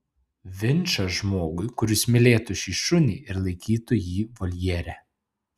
vinčą žmogui kuris mylėtų šį šunį ir laikytų jį voljere